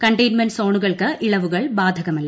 containment സോണുകൾക്ക് ഇളവുകൾ ബാധക്മൂല്ല